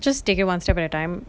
so take it one step at a time